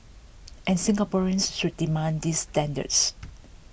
and Singaporeans should demand these standards